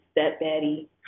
stepdaddy